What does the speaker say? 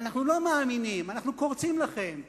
אנחנו לא מאמינים, אנחנו קורצים לכם.